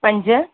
पंज